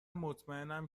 مطمئنم